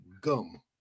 gum